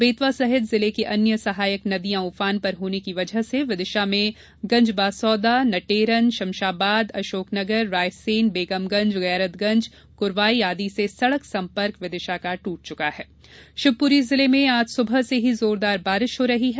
बेतवा सहित जिले की अन्य सहायक नदियां उफान पर होने की वजह से विदिशा में गंजबासौदानटेरनशमशाबाद अशोकनगररायसेन बेगमगंज गैरतगंज कुरवाई आदि से सड़क संपर्क टूट चुका हैशिवपुरी जिले में आज सुबह से ही जोरदार बारिश हो रही है